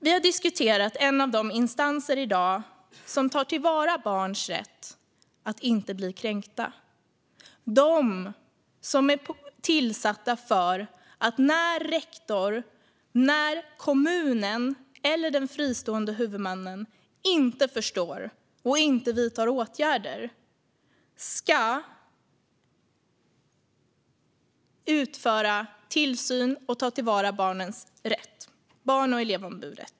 Vi har i dag diskuterat en av de instanser som tar till vara barns rätt att inte bli kränkta. När rektorn, kommunen eller den fristående huvudmannen inte förstår och inte vidtar åtgärder ska Barn och elevombudet utföra tillsyn och ta till vara barnens rätt.